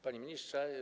Panie Ministrze!